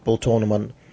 tournament